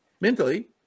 mentally